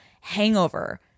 hangover